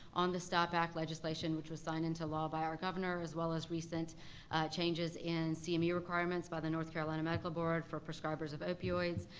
on the stop act legislation which was signed into law by our governor, as well as recent changes in cme requirements by the north carolina medical board for prescribers of opioids.